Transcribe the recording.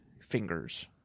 fingers